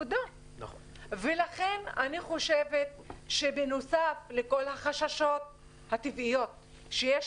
לכן אני חושבת שבנוסף לכל החששות הטבעיים שיש